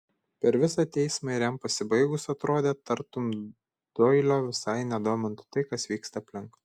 per visą teismą ir jam pasibaigus atrodė tartum doilio visai nedomintų tai kas vyksta aplink